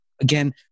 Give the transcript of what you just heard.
Again